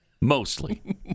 Mostly